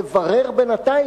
לברר בינתיים,